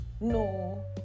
no